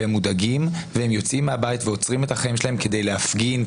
הם מודאגים והם יוצאים מהבית ועוצרים את החיים שלהם כדי להפגין,